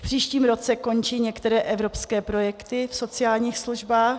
V příštím roce končí některé evropské projekty v sociálních službách.